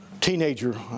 teenager